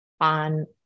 on